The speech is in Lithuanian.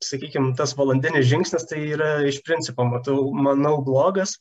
sakykim tas valandinis žingsnis tai yra iš principo matau manau blogas